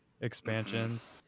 expansions